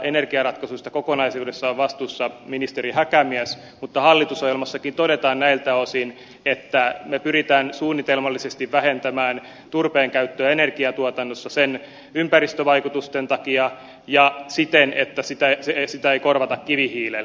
energiaratkaisuista kokonaisuudessaan on vastuussa ministeri häkämies mutta hallitusohjelmassakin todetaan näiltä osin että me pyrimme suunnitelmallisesti vähentämään turpeen käyttöä energiatuotannossa sen ympäristövaikutusten takia ja siten että sitä ei korvata kivihiilellä